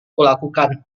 kulakukan